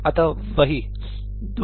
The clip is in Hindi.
अतः वही है 2